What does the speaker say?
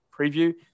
preview